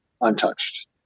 untouched